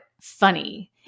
funny